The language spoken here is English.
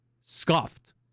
scuffed